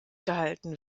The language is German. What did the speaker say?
gehalten